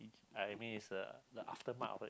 I mean it's uh the aftermath of a